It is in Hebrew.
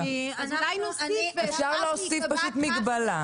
אפשר להוסיף פשוט מגבלה.